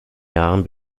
jahren